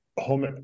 Home